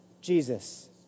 Jesus